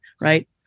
Right